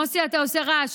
מוסי, אתה עושה רעש.